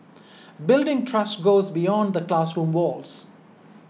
building trust goes beyond the classroom walls